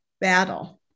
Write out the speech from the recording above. battle